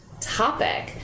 topic